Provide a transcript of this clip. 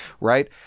right